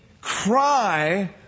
cry